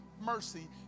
mercy